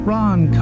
Ron